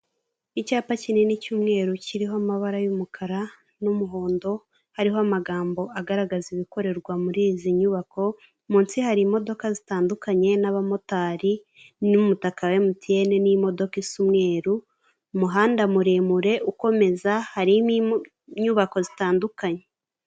Icyapa kinini cy'umweru kiriho amabara y'umukara n'umuhondo hariho amagambo agaragaza ibikorerwa muri izi nyubako munsi hari imdodoka zitandukanye n'abamotari n'umutaka wa MTN n'imodoka isa umweruru , umuhanda muremure ukomeza harimo inyubako zitandukanye .